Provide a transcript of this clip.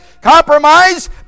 compromise